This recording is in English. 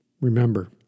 Remember